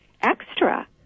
extra